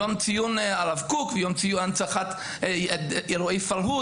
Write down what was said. יום ציון הרב קוק ויום הנצחת אירועי פרהוד